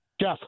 Jeff